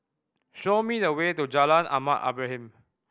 show me the way to Jalan Ahmad Ibrahim